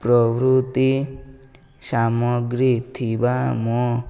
ପ୍ରଭୃତି ସାମଗ୍ରୀ ଥିବା ମୋ